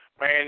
man